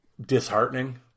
disheartening